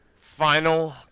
final